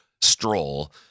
stroll